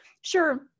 Sure